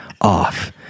off